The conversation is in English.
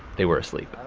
they were asleep.